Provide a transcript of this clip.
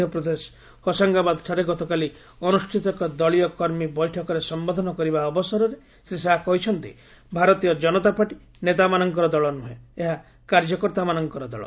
ମଧ୍ୟପ୍ରଦେଶ ହୋସାଙ୍ଗାବାଦ୍ ଠାରେ ଗତକାଲି ଅନ୍ଦୁଷ୍ଠିତ ଏକ ଦଳୀୟ କର୍ମୀ ବୈଠକରେ ସମ୍ବୋଧନ କରିବା ଅବସରରେ ଶ୍ରୀ ଶାହା କହିଛନ୍ତି ଭାରତୀୟ ଜନତାପାର୍ଟି ନେତାମାନଙ୍କର ଦଳ ନୁହେଁ ଏହା କାର୍ଯ୍ୟକର୍ତ୍ତାମାନଙ୍କର ଦଳ